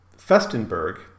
Festenberg